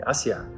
Asia